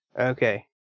Okay